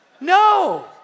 No